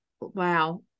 wow